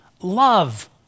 Love